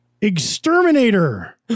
Exterminator